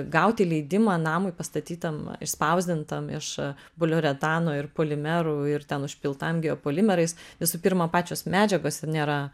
gauti leidimą namui pastatytam išspausdintam iš poliuretano ir polimerų ir ten užpiltam geopolimerais visų pirma pačios medžiagos ir nėra